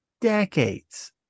Decades